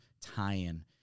tie-in